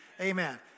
Amen